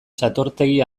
satortegi